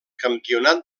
campionat